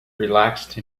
relaxed